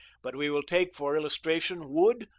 but we will take for illustration wood,